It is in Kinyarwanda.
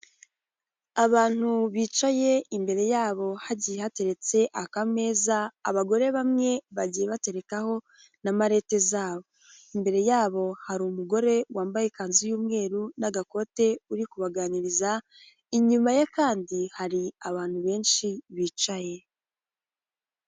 Abantu bicaye imbere yabo hagiye hateretse akameza, abagore bamwe bagiye baterekaho na marete zabo, imbere yabo hari umugore wambaye ikanzu y'umweru n'agakote, uri kubaganiriza, inyuma ye kandi hari abantu benshi bicaye.